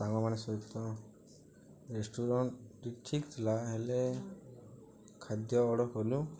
ସାଙ୍ଗମାନେ ସହିତ ରେଷ୍ଟୁରାଣ୍ଟଟି ଠିକ୍ ଥିଲା ହେଲେ ଖାଦ୍ୟ ଅର୍ଡ଼ର୍ କଲୁ